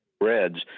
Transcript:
Red's